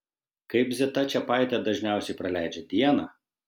kaip zita čepaitė dažniausiai praleidžia dieną